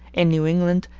in new england,